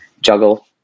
juggle